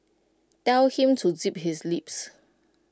tell him to zip his lips